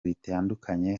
bitandukanye